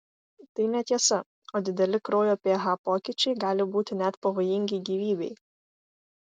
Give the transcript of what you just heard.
tai netiesa o dideli kraujo ph pokyčiai gali būti net pavojingi gyvybei